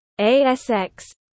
ASX